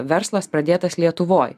verslas pradėtas lietuvoj